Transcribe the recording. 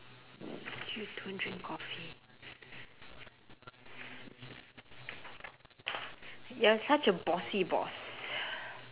you don't drink coffee you're such a bossy boss